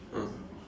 ah